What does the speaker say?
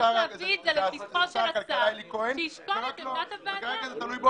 צריך להביא את זה לפתחו של השר על-מנת שישקול את עמדת הוועדה.